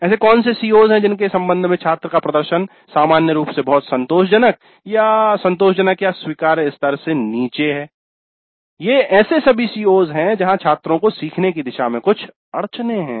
ऐसे कौन से CO's हैं जिनके संबंध में छात्र का प्रदर्शन सामान्य रूप से बहुत संतोषजनक या संतोषजनक या स्वीकार्य स्तर से नीचे है ये ऐसे सभी CO's हैं जहां छात्रों को सीखने की दिशा में कुछ अड़चनें हैं